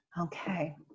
Okay